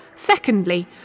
Secondly